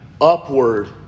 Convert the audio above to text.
upward